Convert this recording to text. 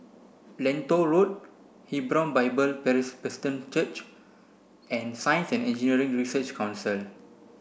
Lentor Road Hebron Bible Presbyterian Church and Science and Engineering Research Council